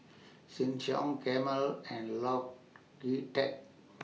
Sheng Siong Camel and Logitech